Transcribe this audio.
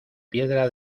piedra